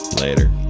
Later